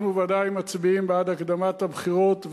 אנחנו בוודאי מצביעים בעד הקדמת הבחירות,